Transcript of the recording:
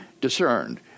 discerned